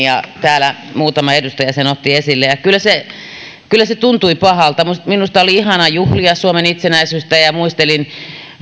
ja täällä muutama edustaja sen otti esille kyllä se kyllä se tuntui pahalta minusta minusta oli ihana juhlia suomen itsenäisyyttä ja muistelin